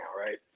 right